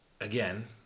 again